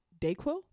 Dayquil